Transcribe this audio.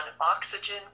oxygen